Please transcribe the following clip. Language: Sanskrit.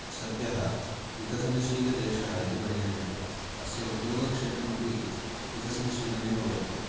सद्यः विकसनशीलदेशः इति परिगण्यते अस्य उद्योगक्षेत्रमपि विकसनशीलमेव वर्तते